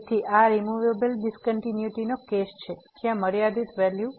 તેથી આ removable discontinuity નો કેસ છે જ્યાં મર્યાદિત વેલ્યુ